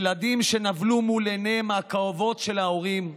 ילדים שנבלו מול עיניהם הכואבות של ההורים.